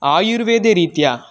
आयुर्वेदरीत्या